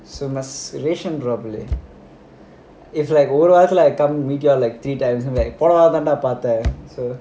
so must ration properly if like overall போனவாரம் தான்:ponavaaram thaan dah பார்த்த:paartha so